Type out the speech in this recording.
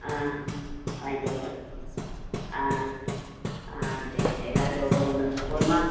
ஆ வாங்கிக்கோங்க ஆ ஆ சரி சரி எல்லாத்துலேயும் ஒன்று ஒன்று போதுமா